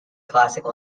classic